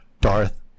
darth